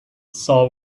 saul